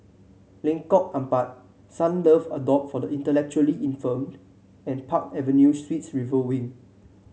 Lengkok Empat Sunlove Abode for the Intellectually Infirmed and Park Avenue Suites River Wing